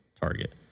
target